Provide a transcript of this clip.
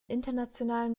internationalen